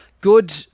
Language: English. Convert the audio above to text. good